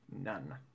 None